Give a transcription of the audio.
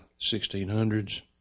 1600s